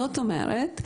זאת אומרת,